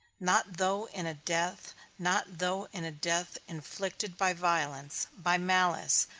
not though in a death not though in a death inflicted by violence, by malice,